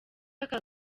aka